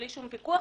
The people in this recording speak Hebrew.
בלי שום פיקוח,